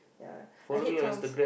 yeah I hate clowns